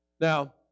Now